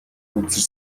үзэж